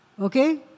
Okay